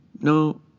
No